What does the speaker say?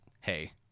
hey